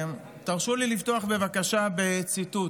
תרשו לי לפתוח בבקשה בציטוט: